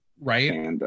right